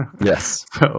Yes